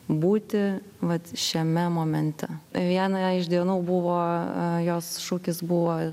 būti vat šiame momente vienoje iš dienų buvo jos šūkis buvo